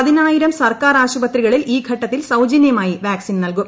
പതിനായിരം സർക്കാർ ആശുപത്രികളിൽ ഈ ഘട്ടത്തിൽ സൌജന്യമായി വാക്സിൻ നൽകും